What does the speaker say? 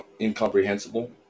incomprehensible